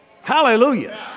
Hallelujah